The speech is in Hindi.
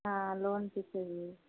हाँ लोन पे चाहिए